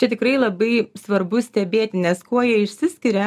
čia tikrai labai svarbu stebėti nes kuo jie išsiskiria